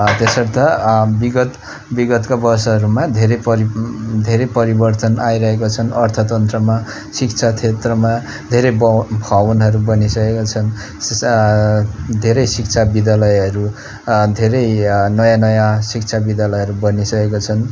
त्यसर्थ विगत विगतका वर्षहरूमा धेरै परि धेरै परिवर्तन आइरहेको छन् अर्थतन्त्रमा शिक्षा क्षेत्रमा धेरै भव भवनहरू बनिसकेका छन् स सा धेरै शिक्षा विद्यालयहरू धेरै नयाँ नयाँ शिक्षा विद्यालयहरू बनिकसेको छन्